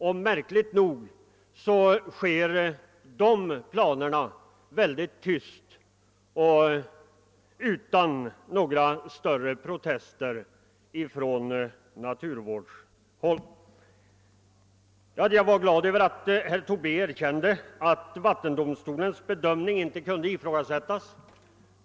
Och märkligt nog sker arbetet med dessa planer mycket tyst och förorsakar inga större protester från naturvårdshåll. Jag var glad över att herr Tobé erkände att vattendomstolens bedömning inte kunde ifrågasättas.